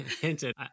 hinted